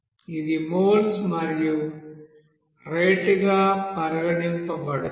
ఇది మోల్ మరియు రేటుగా పరిగణించబడుతుంది